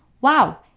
wow